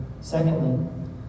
Secondly